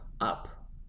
up